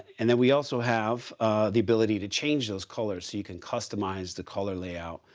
and then we also have the ability to change those colors so you can customize the color layout,